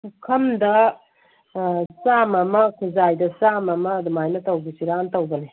ꯄꯨꯈꯝꯗ ꯆꯥꯝꯃ ꯑꯃꯥ ꯈꯨꯖꯥꯏꯗ ꯆꯥꯝꯃ ꯑꯃ ꯑꯗꯨꯃꯥꯏꯅ ꯇꯧꯕꯤꯁꯤꯔꯅ ꯇꯧꯕꯅꯤ